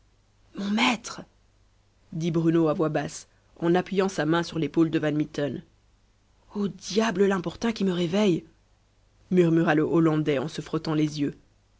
mon maître dit bruno à voix basse en appuyant sa main sur l'épaule de van mitten au diable l'importun qui me réveille murmura le hollandais en se frottant les yeux